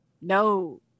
no